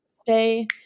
stay